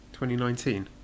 2019